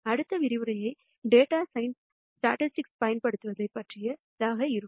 அடுத்த விரிவுரை data science புள்ளிவிவரங்களைப் பயன்படுத்துவது பற்றியதாக இருக்கும்